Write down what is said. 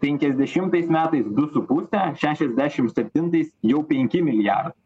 penkiasdešimtais metais du su puse šešiasdešim septintais jau penki milijardai